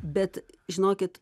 bet žinokit